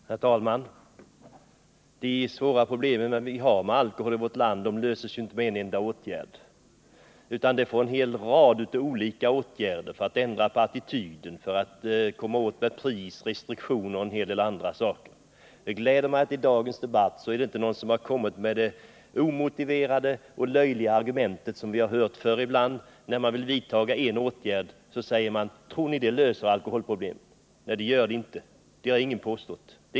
Herr talman! De svåra problem i vårt land som orsakas av alkohol löses naturligtvis inte med en enda åtgärd utan det behövs en rad åtgärder. Vi måste åstadkomma en förändrad attityd till alkohol, vi måste tillgripa restriktioner och en hel del andra åtgärder. Det gläder mig att ingen i dagens debatt har kommit med det omotiverade och löjliga argument som vi ibland har hört. När vi vill vidtaga en åtgärd säger man: Tror ni att det löser alkoholproblemet? Nej, det gör det inte och det har ingen heller påstått.